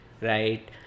right